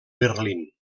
berlín